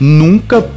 nunca